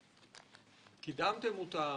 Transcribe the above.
האם קידמתם אותה?